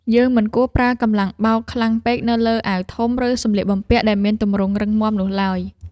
យើងមិនគួរប្រើកម្លាំងបោកខ្លាំងពេកទៅលើអាវធំ ឬសម្លៀកបំពាក់ដែលមានទម្រង់រឹងមាំនោះឡើយ។